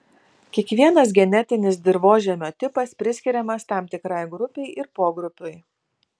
kiekvienas genetinis dirvožemio tipas priskiriamas tam tikrai grupei ir pogrupiui